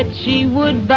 and she would